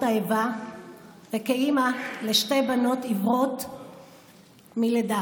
האיבה וכאימא לשתי בנות עיוורות מלידה,